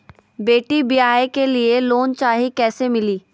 बेटी ब्याह के लिए लोन चाही, कैसे मिली?